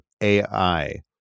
AI